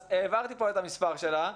אז העברתי פה את המספר שלה,